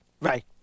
Right